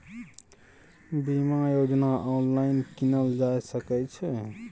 बीमा योजना ऑनलाइन कीनल जा सकै छै?